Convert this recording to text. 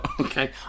Okay